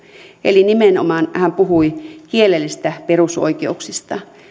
eli hän puhui nimenomaan kielellisistä perusoikeuksista